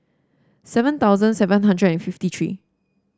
seven thousand seven hundred and fifty three